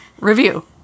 review